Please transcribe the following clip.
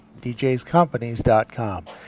DJsCompanies.com